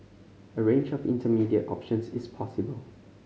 a range of intermediate options is possible